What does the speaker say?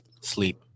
Sleep